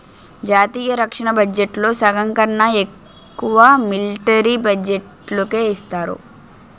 జాతీయ రక్షణ బడ్జెట్లో సగంకన్నా ఎక్కువ మిలట్రీ బడ్జెట్టుకే ఇస్తారు